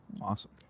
awesome